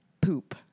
poop